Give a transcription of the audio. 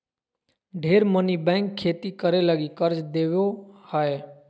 ढेर मनी बैंक खेती करे लगी कर्ज देवो हय